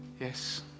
Yes